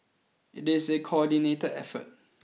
it is a coordinate effort